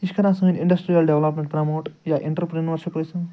یہِ چھِ کَران سٲنۍ اِنڈسٹریل ڈیولپمٮ۪نٛٹ پرٛموٹ یا اِنٹرپرٛونُورشِپ ٲسِن